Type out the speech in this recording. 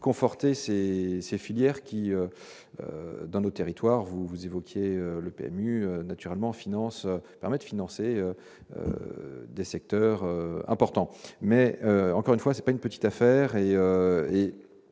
conforter ses ces filières qui dans nos territoire vous vous évoquiez le PMU naturellement finance permet de financer des secteurs importants mais, encore une fois, c'est pas une petite affaire